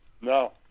No